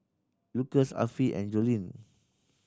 Lucas Affie and Joline